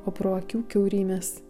o pro akių kiaurymes